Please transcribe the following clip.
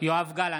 יואב גלנט,